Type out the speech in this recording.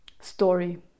story